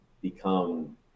become